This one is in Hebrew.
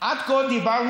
עד כה דיברנו,